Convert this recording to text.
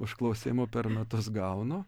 užklausimų per metus gaunu